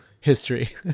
history